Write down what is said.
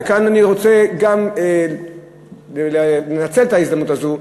וכאן אני רוצה לנצל את ההזדמנות הזו,